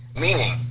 Meaning